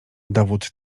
dowód